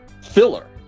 filler